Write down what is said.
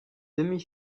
demi